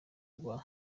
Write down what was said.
rwa